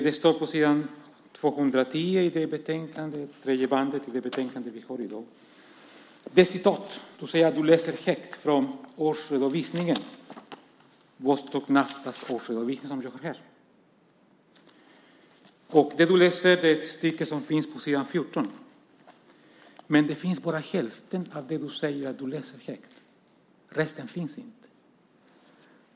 Det står ett citat på s. 210 i tredje bandet i det betänkande som vi debatterar i dag. Du säger att du läser högt från Vostok Naftas årsredovisning, som jag har här. Du läser ett stycke som finns på s. 14. Men bara hälften av det du säger att du läser högt finns med. Resten finns inte.